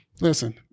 listen